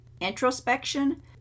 introspection